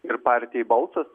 ir partijai balsas